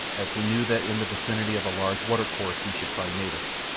as he knew that in the vicinity of a large watercourse he should find natives,